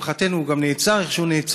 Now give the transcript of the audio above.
ולשמחתנו הוא גם נעצר איך שהוא נעצר,